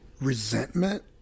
resentment